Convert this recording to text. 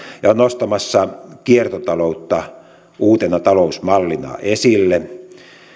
ja on nostamassa kiertotaloutta uutena talousmallina esille